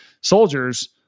soldiers